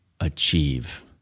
achieve